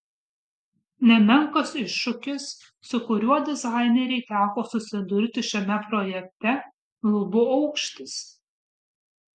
nemenkas iššūkis su kuriuo dizainerei teko susidurti šiame projekte lubų aukštis